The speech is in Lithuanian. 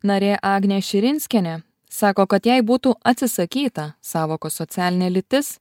narė agnė širinskienė sako kad jei būtų atsisakyta sąvokos socialinė lytis